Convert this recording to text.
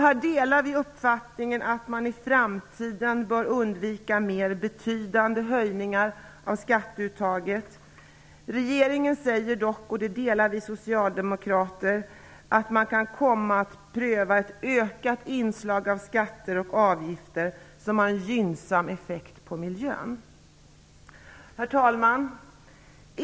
Här delar vi uppfattningen att man i framtiden bör undvika mer betydande höjningar av skatteuttaget. Regeringen säger dock att man kan komma att pröva ett ökat inslag av skatter och avgifter som har en gynnsam effekt på miljön. Herr talman!